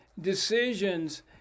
decisions